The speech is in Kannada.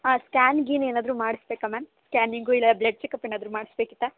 ಹಾಂ ಸ್ಕ್ಯಾನ್ ಗೀನ್ ಏನಾದರೂ ಮಾಡಿಸ್ಬೇಕಾ ಮ್ಯಾಮ್ ಸ್ಕ್ಯಾನಿಂಗು ಇಲ್ಲ ಬ್ಲಡ್ ಚೆಕಪ್ ಏನಾದರೂ ಮಾಡಿಸ್ಬೇಕಿತ್ತಾ